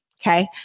Okay